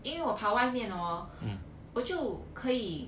因为我跑外面 hor 我就可以